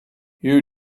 you